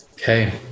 Okay